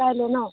কাইলৈ ন'